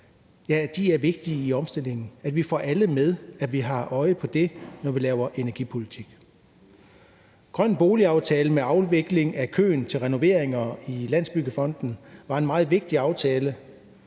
og det er vigtigt, at vi får alle med og har øje på det, når vi laver energipolitik. Den grønne boligaftale med afvikling af køen til renoveringer i Landsbyggefonden var en meget vigtig aftale.